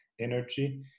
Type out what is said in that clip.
energy